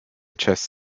chess